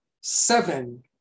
seven